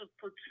put